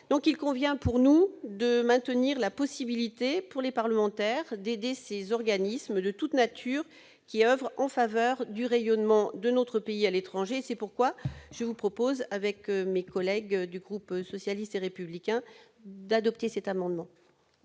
nous, il convient de maintenir la possibilité, pour les parlementaires, d'aider ces organismes de toute nature qui oeuvrent en faveur du rayonnement de notre pays à l'étranger. C'est pourquoi, avec mes collègues du groupe socialiste et républicain, je vous propose d'adopter cet amendement.